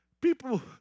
People